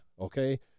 okay